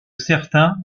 certain